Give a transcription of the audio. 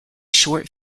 short